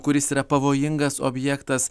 kuris yra pavojingas objektas